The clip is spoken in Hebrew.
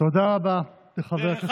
תודה רבה לחבר הכנסת דודי אמסלם.